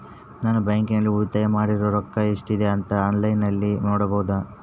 ನಾನು ಬ್ಯಾಂಕಿನಲ್ಲಿ ಉಳಿತಾಯ ಮಾಡಿರೋ ರೊಕ್ಕ ಎಷ್ಟಿದೆ ಅಂತಾ ಆನ್ಲೈನಿನಲ್ಲಿ ನೋಡಬಹುದಾ?